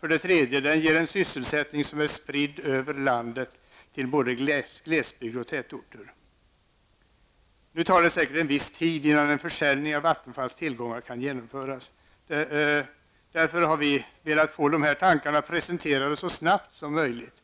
För det tredje ger det en sysselsättning som är spridd över landet, till både glesbygd och tätorter. Det tar säkert en viss tid innan en försäljning av Vattenfalls tillgångar kan genomföras. Därför har vi velat få dessa tankar presenterade så snabbt som möjligt.